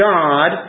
God